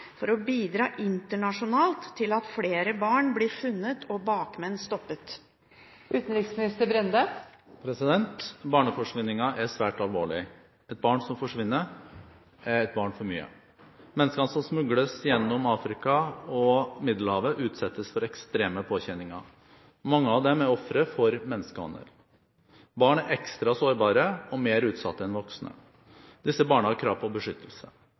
for å bidra internasjonalt til at flere barn blir funnet og bakmenn stoppet?» Barneforsvinninger er svært alvorlig. Et barn som forsvinner, er ett barn for mye. Menneskene som smugles gjennom Afrika og Middelhavet, utsettes for ekstreme påkjenninger. Mange av dem er ofre for menneskehandel. Barn er ekstra sårbare og mer utsatt enn voksne. Disse barna